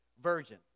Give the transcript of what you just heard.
virgin